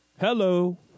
Hello